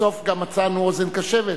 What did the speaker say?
בסוף גם מצאנו אוזן קשבת,